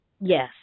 yes